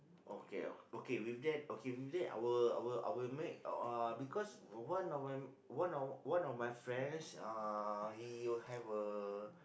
okay okay with that okay with that I will I will I will make uh because one of my one of one of my friends uh he have a